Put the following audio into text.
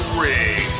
ring